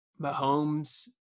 Mahomes